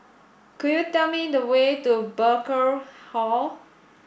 could you tell me the way to Burkill Hall